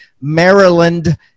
Maryland